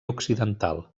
occidental